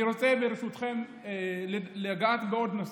אני רוצה, ברשותכם, לגעת בעוד נושא,